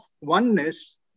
oneness